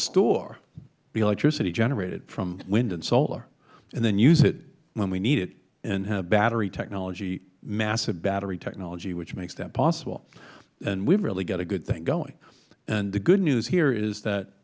the electricity generated from wind and solar and then use it when we need it and have battery technology massive battery technology which makes that possible then we have really got a good thing going and the good news here is that